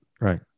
Right